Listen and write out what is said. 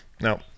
No